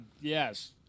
yes